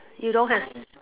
you don't has